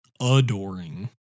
adoring